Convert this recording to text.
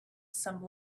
some